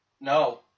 No